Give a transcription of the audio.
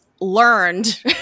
learned